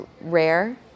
rare